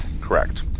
Correct